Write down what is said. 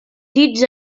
dits